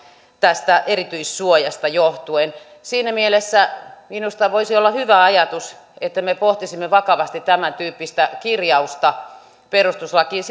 tästä erityissuojasta johtuen siinä mielessä minusta voisi olla hyvä ajatus että me pohtisimme vakavasti tämäntyyppistä kirjausta perustuslakiin